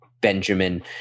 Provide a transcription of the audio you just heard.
Benjamin